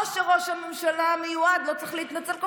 או שראש הממשלה המיועד לא צריך להתנצל כל